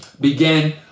began